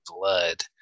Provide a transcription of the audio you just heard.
blood